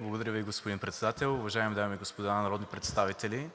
Благодаря Ви, господин Председател. Уважаеми дами и господа народни представители!